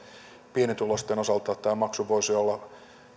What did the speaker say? pienituloisten osalta tämä maksu voisi olla